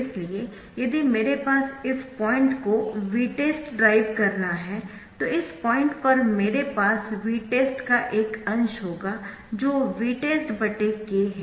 इसलिए यदि मेरे पास इस पॉइंट को Vtest ड्राइव कर रहा है तो इस पॉइंट पर मेरे पास Vtest का एक अंश होगा जो Vtest K है